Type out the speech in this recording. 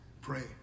pray